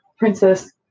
Princess